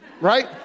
Right